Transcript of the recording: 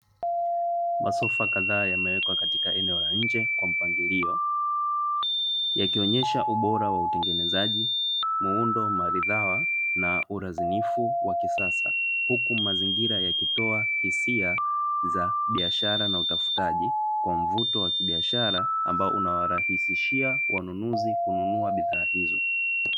Masofa kadhaa yamewekwa katika eneo la nje kwa mpangilio, yakionyesha ubora wa utengenezaji, muundo maridhawa na ulazinifu wa kisasa, huku mazingira yakitoa hisia za biashara na utafutaji kwa mvuto wa biashara ambao unawarahisishia wanunuzi kununua bidhaa hizo.